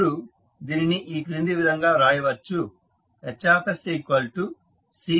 ఇప్పుడు దీనిని ఈ క్రింది విధంగా రాయవచ్చు